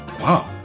Wow